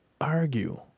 argue